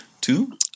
two